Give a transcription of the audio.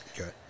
okay